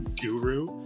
Guru